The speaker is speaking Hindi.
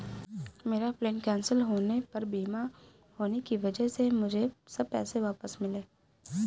मेरा प्लेन कैंसिल होने पर बीमा होने की वजह से मुझे सब पैसे वापस मिले